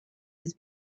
has